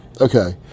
Okay